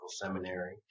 Seminary